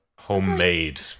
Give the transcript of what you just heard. Homemade